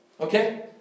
Okay